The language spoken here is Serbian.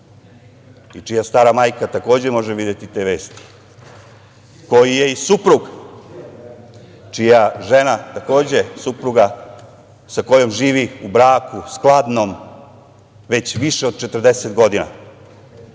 i čija staramajka, takođe, može videti te vesti, koji je i suprug, čija žena takođe supruga sa kojom živi u braku, skladnom, već više od 40 godina,